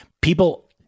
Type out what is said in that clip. People